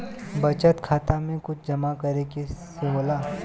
बचत खाता मे कुछ जमा करे से होला?